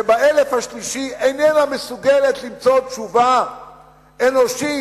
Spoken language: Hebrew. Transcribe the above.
שבאלף השלישי איננה מסוגלת למצוא תשובה אנושית,